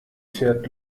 pferd